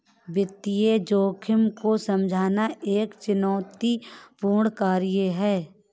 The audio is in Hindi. वित्तीय जोखिम को समझना एक चुनौतीपूर्ण कार्य है